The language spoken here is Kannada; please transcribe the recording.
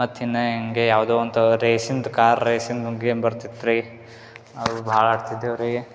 ಮತ್ತೆ ಇನ್ನು ಹೆಂಗೆ ಯಾವುದೋ ಒಂದು ರೇಸಿಂದು ಕಾರ್ ರೇಸಿಂದು ಒಂದು ಗೇಮ್ ಬರ್ತಿತ್ತು ರೀ ಅದು ಭಾಳ ಆಡ್ತಿದ್ದೇವು ರೀ